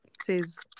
says